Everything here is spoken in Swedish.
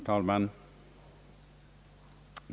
Herr talman!